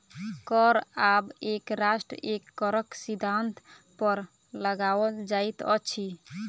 कर आब एक राष्ट्र एक करक सिद्धान्त पर लगाओल जाइत अछि